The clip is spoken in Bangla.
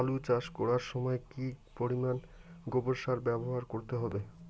আলু চাষ করার সময় কি পরিমাণ গোবর সার ব্যবহার করতে হবে?